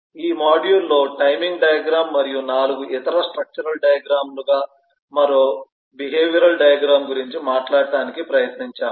ఈ మాడ్యూల్ లో timing diagram మరియు 4 ఇతర స్ట్రక్చరల్ డయాగ్రమ్ లుగా మరో బిహేవియరల్ డయాగ్రమ్ గురించి మాట్లాడటానికి ప్రయత్నించాము